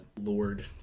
lord